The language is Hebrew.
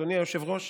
אדוני היושב-ראש,